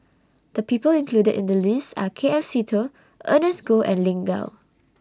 The People included in The list Are K F Seetoh Ernest Goh and Lin Gao